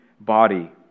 body